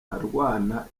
arwana